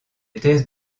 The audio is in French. thèses